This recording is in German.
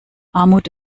armut